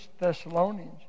Thessalonians